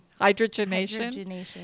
Hydrogenation